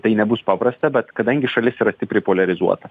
tai nebus paprasta bet kadangi šalis yra stipriai poliarizuota